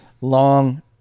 long